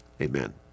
Amen